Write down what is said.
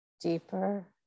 deeper